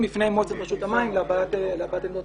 בפני מועצת רשות המים להבעת עמדותיהם.